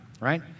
right